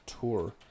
tour